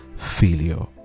failure